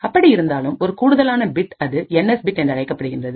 அப்படி இருந்தாலும் ஒரு கூடுதலான பிட் அது என் எஸ் பிட் என்றழைக்கப்படுகின்றது